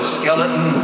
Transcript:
skeleton